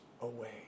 away